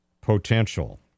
potential